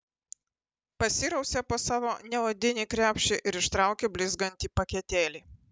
pasirausė po savo neodinį krepšį ir ištraukė blizgantį paketėlį